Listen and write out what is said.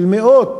של מאות,